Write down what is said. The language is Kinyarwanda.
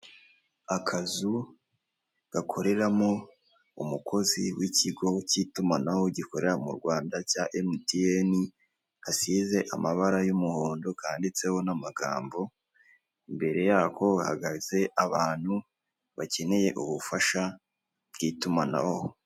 Akazu gakoreramo umukozi w'ikigo cy'itumanaho gikorera mu Rwanda cya emitiyeni asize amabara y'umuhondo kanditseho n'amagambo mbere yako hahagaritse abantu bakeneye ubufasha bw'itumanaho.